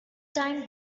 time